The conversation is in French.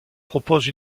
propose